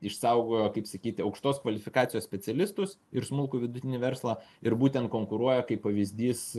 išsaugojo kaip sakyti aukštos kvalifikacijos specialistus ir smulkų vidutinį verslą ir būtent konkuruoja kaip pavyzdys